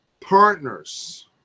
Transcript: partners